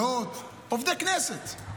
מאות עובדי הכנסת.